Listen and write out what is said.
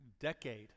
decade